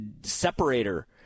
separator